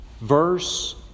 verse